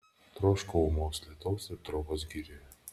troškau ūmaus lietaus ir trobos girioje